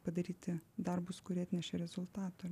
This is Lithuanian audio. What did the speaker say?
padaryti darbus kurie atnešė rezultatą